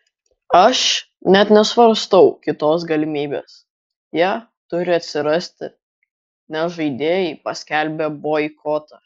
aš net nesvarstau kitos galimybės jie turi atsirasti nes žaidėjai paskelbė boikotą